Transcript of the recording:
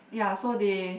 ya so they